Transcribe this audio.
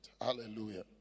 Hallelujah